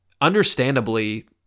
understandably